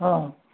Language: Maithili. हँ